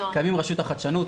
קיים הרשות לחדשנות,